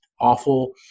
awful